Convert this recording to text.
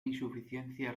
insuficiencia